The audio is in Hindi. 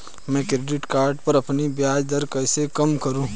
मैं क्रेडिट कार्ड पर अपनी ब्याज दरें कैसे कम करूँ?